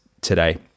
today